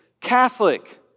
Catholic